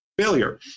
failure